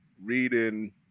reading